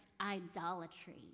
idolatry